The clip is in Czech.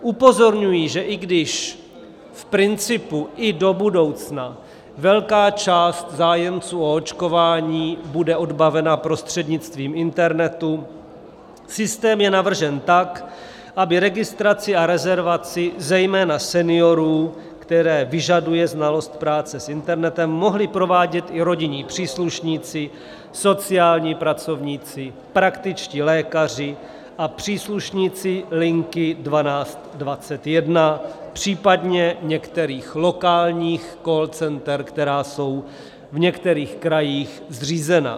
Upozorňuji, že i když v principu i do budoucna velká část zájemců o očkování bude odbavena prostřednictvím internetu, systém je navržen tak, aby registraci a rezervaci zejména seniorů, které vyžadují znalost práce s internetem, mohli provádět i rodinní příslušníci, sociální pracovníci, praktičtí lékaři a příslušníci linky 1221, případně některých lokálních call center, která jsou v některých krajích zřízena.